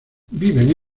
viven